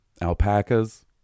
alpacas